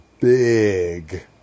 big